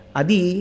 adi